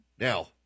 Now